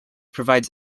provides